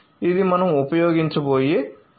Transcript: ఇది మనం ఉపయోగించబోయే ఈ ప్రత్యేక ఆదేశం